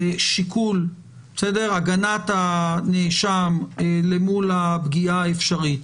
שיקול הגנת הנאשם למול הפגיעה האפשרית,